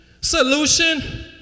solution